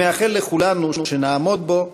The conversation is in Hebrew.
אני מאחל לכולנו שנעמוד בו,